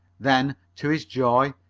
then, to his joy,